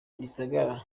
gisagara